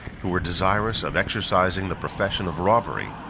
who were desirous of exercising the profession of robbery,